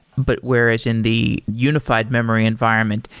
but whereas in the unified memory environment,